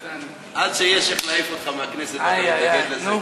עד שיש איך להעיף אותך מהכנסת אתה מתנגד לזה,